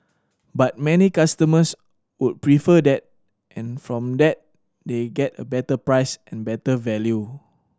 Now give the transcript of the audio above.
but many customers would prefer that and from that they get a better price and better value